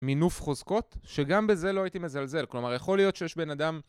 מינוף חוזקות שגם בזה לא הייתי מזלזל כלומר יכול להיות שיש בן אדם